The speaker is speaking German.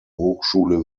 hochschule